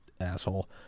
Asshole